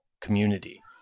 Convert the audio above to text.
community